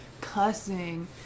cussing